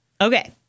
Okay